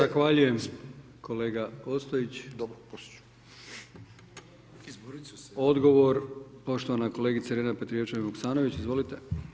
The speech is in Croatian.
Zahvaljujem kolega Ostojić [[Upadica Ostojić: Dobro, poslije ću.]] Odgovor poštovana kolegica Irena Petrijevčanin Vuksanović, izvolite.